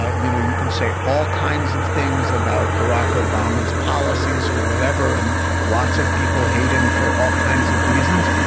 ah you know, you can say all kinds of things about barack obama's policies or whatever. and lots of people hate him for all kinds of reasons.